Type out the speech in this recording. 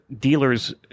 dealers